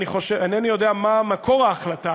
אינני יודע מה מקור ההחלטה,